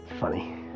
funny